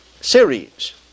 series